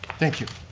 thank you.